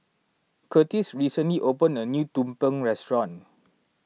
Kurtis recently opened a new Tumpeng restaurant